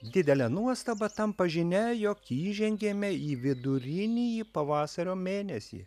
didele nuostaba tampa žinia jog įžengėme į vidurinįjį pavasario mėnesį